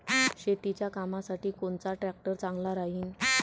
शेतीच्या कामासाठी कोनचा ट्रॅक्टर चांगला राहीन?